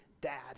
dad